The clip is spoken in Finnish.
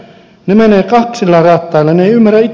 ne menevät kaksilla rattailla